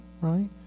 right